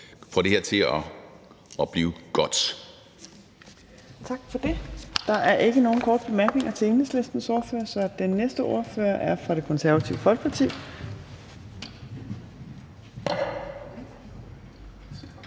Fjerde næstformand (Trine Torp): Tak for det. Der er ikke nogen korte bemærkninger til Enhedslistens ordfører. Den næste ordfører er fra Det Konservative Folkeparti. Fru